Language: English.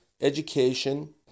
education